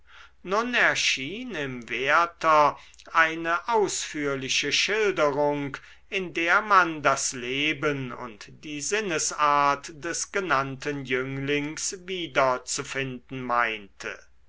nun erschien im werther eine ausführliche schilderung in der man das leben und die sinnesart des genannten jünglings wieder zu finden meinte